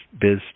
biz